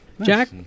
Jack